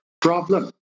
problem